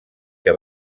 que